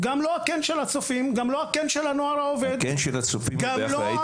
גם לא הקן של הנוער העובד --- הקן של הצופים הוא באחריותנו.